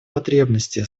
потребностей